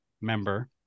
member